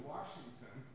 Washington